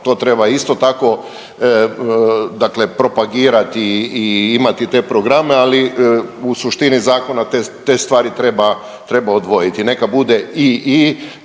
to treba isto tako dakle propagirati i imati te programe. Ali u suštini zakona te stvari treba odvojiti neka bude ii,